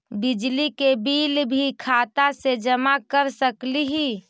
बिजली के बिल भी खाता से जमा कर सकली ही?